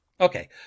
Okay